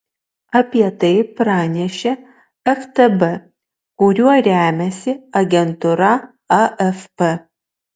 apie tai pranešė ftb kuriuo remiasi agentūra afp